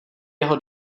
jeho